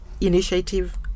Initiative